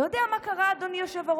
אתה יודע מה קרה, אדוני היושב-ראש?